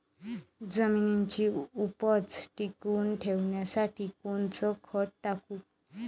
जमिनीची उपज टिकून ठेवासाठी कोनचं खत टाकू?